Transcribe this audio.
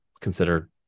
consider